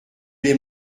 les